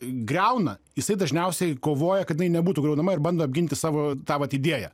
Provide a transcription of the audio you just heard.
griauna jisai dažniausiai kovoja kad jinai nebūtų griaunama ir bando apginti savo tą vat idėją